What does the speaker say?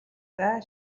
зай